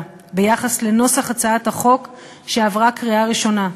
על נוסח הצעת החוק שעברה בקריאה ראשונה.